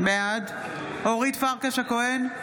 בעד אורית פרקש הכהן,